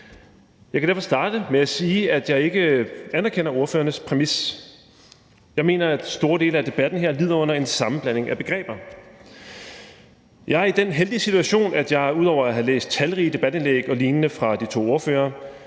Jeg kan derfor starte med at sige, at jeg ikke anerkender forespørgernes præmis. Jeg mener, at store dele af debatten her lider under en sammenblanding af begreber. Jeg er i den heldige situation, at jeg ud over at have læst talrige debatindlæg og lignende fra de to forespørgere